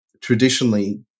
traditionally